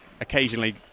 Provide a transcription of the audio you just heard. occasionally